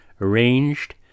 arranged